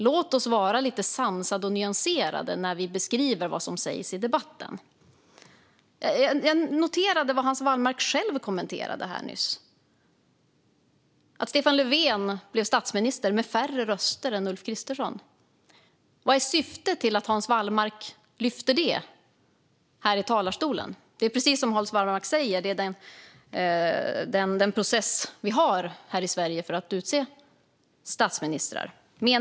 Låt oss vara lite sansade och nyanserade när vi beskriver vad som sägs i debatten! Jag noterade vad Hans Wallmark själv kommenterade här nyss om att Stefan Löfven blev statsminister med färre röster än Ulf Kristersson. Vad är syftet med att Hans Wallmark lyfter fram det här i talarstolen? Det är precis som Hans Wallmark säger att det är så den process vi har här i Sverige för att utse statsministrar ser ut.